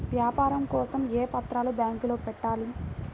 వ్యాపారం కోసం ఏ పత్రాలు బ్యాంక్లో పెట్టాలి?